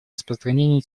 распространению